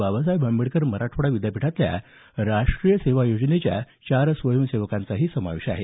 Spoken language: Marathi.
बाबासाहेब आंबेडकर मराठवाडा विद्यापीठातल्या राष्ट्रीय सेवा योजनेच्या चार स्वयंसेवकांचाही समावेश आहे